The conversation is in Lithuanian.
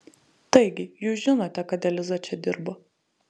taigi jūs žinote kad eliza čia dirbo